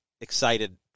excited